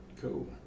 cool